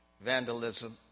vandalism